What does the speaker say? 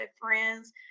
friends